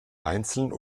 einzeln